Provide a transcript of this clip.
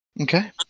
Okay